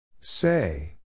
Say